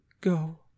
Go